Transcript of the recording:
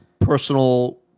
personal